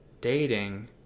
dating